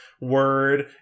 word